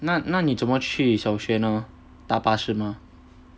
那那你怎么去小学呢搭巴士吗